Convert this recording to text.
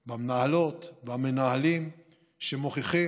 במנהלות, במנהלים, שמוכיחים,